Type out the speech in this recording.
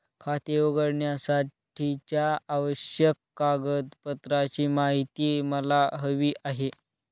खाते उघडण्यासाठीच्या आवश्यक कागदपत्रांची माहिती मला हवी आहे